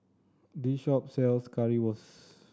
this shop sells Currywurst